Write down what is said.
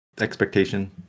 Expectation